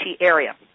area